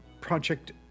project